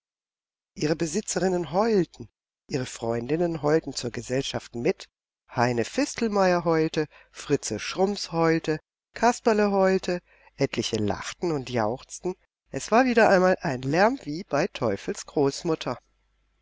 ihre besitzerinnen heulten ihre freundinnen heulten zur gesellschaft mit heine fistelmeyer heulte fritze schrumps heulte kasperle heulte etliche lachten und jauchzten es war wieder einmal ein lärm wie bei teufels großmutter